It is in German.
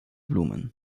blumen